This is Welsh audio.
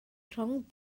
rhwng